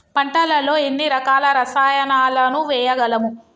పంటలలో ఎన్ని రకాల రసాయనాలను వేయగలము?